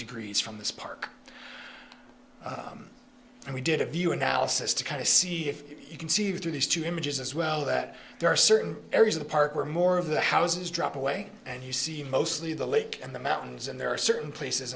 degrees from this park and we did a view analysis to kind of see if you conceive through these two images as well that there are certain areas of the park where more of the houses drop away and you see mostly the lake and the mountains and there are certain places